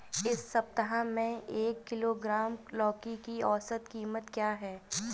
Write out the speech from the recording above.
इस सप्ताह में एक किलोग्राम लौकी की औसत कीमत क्या है?